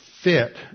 fit